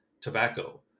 tobacco